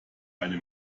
eine